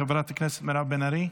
חברת הכנסת מירב בן ארי,